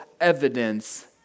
evidence